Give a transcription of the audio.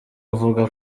avuga